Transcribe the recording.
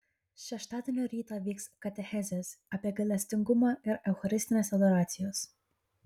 šeštadienio rytą vyks katechezės apie gailestingumą ir eucharistinės adoracijos